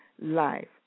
life